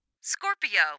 Scorpio